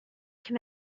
can